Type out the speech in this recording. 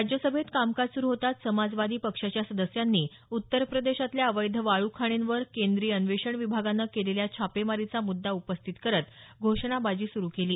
राज्यसभेत कामकाज सुरू होताच समाजवादी पक्षाच्या सदस्यांनी उत्तर प्रदेशातल्या अवैध वाळू खाणींवर केंद्रीय अन्वेषण विभागानं केलेल्या छापेमारीचा मुद्दा उपस्थित करत घोषणाबाजी सुरू केली